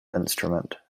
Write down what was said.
instrument